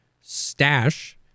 stash